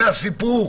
זה הסיפור?